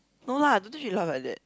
no lah don't think she laugh like that